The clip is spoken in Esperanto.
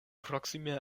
proksime